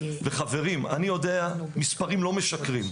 חברים, אני יודע, מספרים לא משקרים.